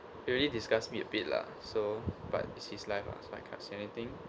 it really disgust me a bit lah so but it's his life lah so I can't say anything